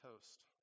toast